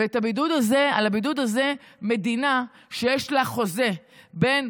ועל הבידוד הזה מדינה שיש לה חוזה בין